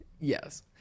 Yes